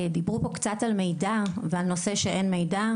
דיברו פה קצת על מידע ועל נושא שאין מידע,